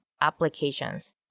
Applications